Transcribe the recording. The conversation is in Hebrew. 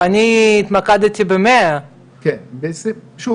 אני התמקדתי ב-100,000.